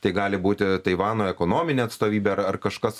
tai gali būti taivano ekonominė atstovybė ar ar kažkas